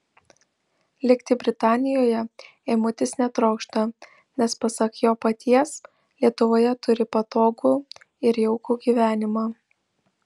likti britanijoje eimutis netrokšta nes pasak jo paties lietuvoje turi patogų ir jaukų gyvenimą